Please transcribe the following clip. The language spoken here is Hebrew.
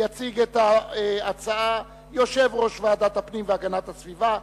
יציג את ההצעה יושב-ראש ועדת הפנים והגנת הסביבה,